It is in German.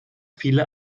viele